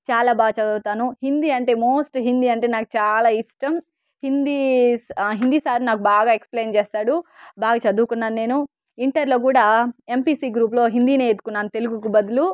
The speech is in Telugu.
చాలా బాగ చదువుతాను హిందీ అంటే మోస్ట్ హిందీ అంటే నాకు చాలా ఇష్టం హిందీ స్ హిందీ సార్ నాక్ బాగా ఎక్స్ప్లెయిన్ చేస్తాడు బాగ చదువుకున్నాను నేను ఇంటర్లో కూడా ఎంపీసీ గ్రూప్లో హిందీనే వెత్తుకున్నాను తెలుగుకి బదులు